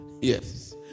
yes